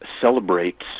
celebrates